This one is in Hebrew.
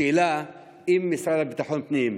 השאלה היא אם המשרד לביטחון פנים,